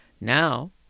Now